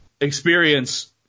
experience